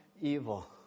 evil